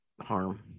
harm